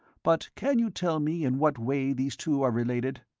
but can you tell me in what way these two are related?